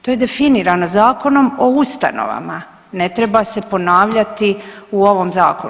To je definirano Zakonom o ustanovama ne treba se ponavljati u ovom zakonu.